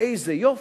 איזה יופי,